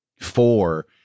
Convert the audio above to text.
four